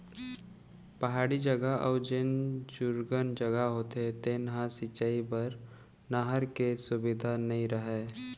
पहाड़ी जघा अउ जेन दुरगन जघा होथे तेन ह सिंचई बर नहर के सुबिधा नइ रहय